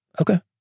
Okay